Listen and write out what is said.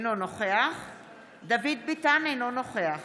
אינו נוכח דוד ביטן, אינו נוכח